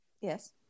Yes